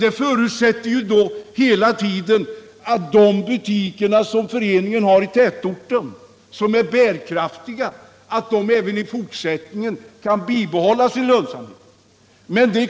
Det förutsätter då hela tiden att föreningens butiker i tätorten, vilka är bärkraftiga, även i fortsättningen kan bibehålla sin lönsamhet.